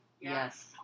Yes